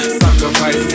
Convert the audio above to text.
sacrifice